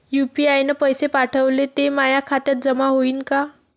UPI न पैसे पाठवले, ते माया खात्यात जमा होईन का?